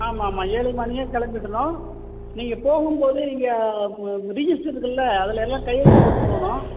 ஆமாம் ஆமாம் இயர்லி மார்னிங்கே கிளம்பிடணும் நீங்கள் போகும் போது இங்கே ரிஜிஸ்டர் இருக்குல அதுலலாம் கையெழுத்து போட்டு போகணும்